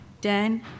Dan